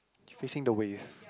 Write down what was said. facing the wave